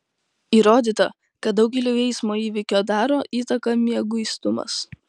įrodyta kad daugeliui eismo įvykio daro įtaką mieguistumas